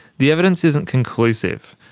the evidence isn't conclusive.